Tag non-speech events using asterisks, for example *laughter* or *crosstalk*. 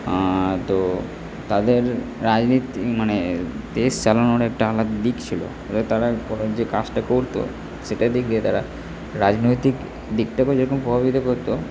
*unintelligible* তো তাদের রাজনীতি মানে দেশ চালানোর একটা আলাদা দিক ছিল এবার তারা যে কাজটা করতো সেটার দিক দিয়ে তারা রাজনৈতিক দিকটাকেও যেরকম প্রভাবিত করতো